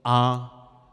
A